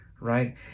right